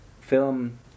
film